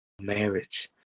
marriage